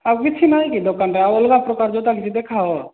ଆଉ କିଛି ନାହିଁ କି ଦୋକାନରେ ଆଉ ଅଲଗା ପ୍ରକାର ଜୋତା କିଛି ଦେଖାଅ